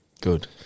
Good